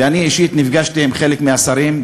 ואני אישית נפגשתי עם חלק מהשרים,